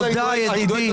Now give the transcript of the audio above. תודה, ידידי.